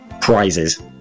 prizes